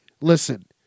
Listen